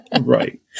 Right